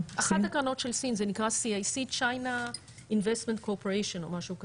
אחת הקרנות של סין נקראת CAC China investment cooperation או משהו כזה,